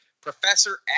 Professor